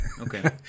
Okay